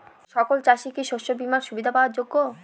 সকল চাষি কি শস্য বিমার সুবিধা পাওয়ার যোগ্য?